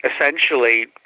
essentially